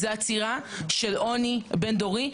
זה עצירה של עוני בין דורי,